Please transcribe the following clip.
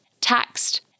taxed